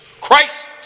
Christ